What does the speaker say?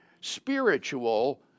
spiritual